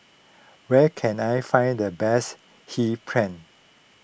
where can I find the best Hee Pan